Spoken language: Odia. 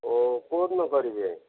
ଓ କୋଉଦିନ କରିବେ